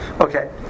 Okay